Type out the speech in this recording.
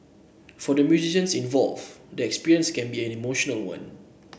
for the musicians involve the experience can be an emotional one